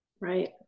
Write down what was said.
Right